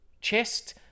chest